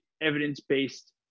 evidence-based